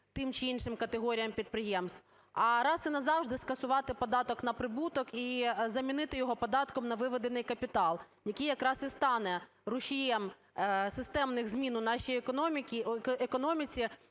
тим чи іншим категоріям підприємств, а раз і назавжди скасувати податок на прибуток і замінити його податком на виведений капітал, який якраз і стане рушієм системних змін у нашій економіці